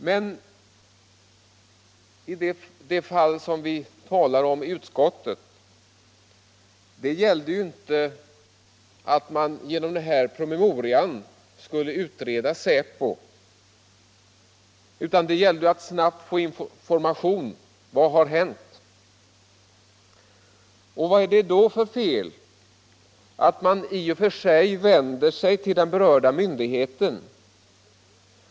Men i det fall som vi haft uppe i utskottet gällde det ju inte att man genom promemorian skulle utreda säpo, utan det gällde att snabbt få information om vad som hade hänt. Vad är det då i och för sig för fel att man vänder sig till den berörda myndigheten?